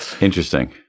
interesting